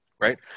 right